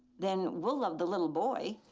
then we'll love the little boy.